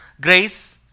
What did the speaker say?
grace